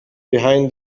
behind